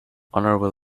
honorable